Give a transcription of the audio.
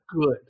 good